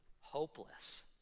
hopeless